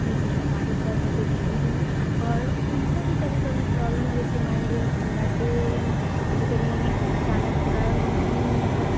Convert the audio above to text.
घुड़सवारी कऽ सकै छथिन आओर हुनको भी कभी कभी प्रॉब्लम लगै छै मानि लिअ घोड़ा के कभी कभी अचानक घोड़ा भी अतलब